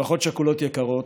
משפחות שכולות יקרות,